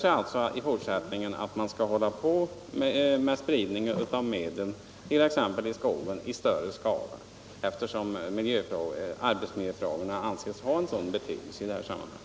I annat fall skulle ju inte arbetsmiljöfrågorna anses ha en sådan betydelse i detta sammanhang.